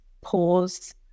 pause